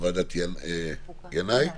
במקרה הזה זה עלה ברשתות חברתיות.